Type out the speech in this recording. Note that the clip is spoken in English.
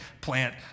plant